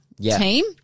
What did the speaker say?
team